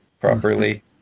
properly